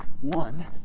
One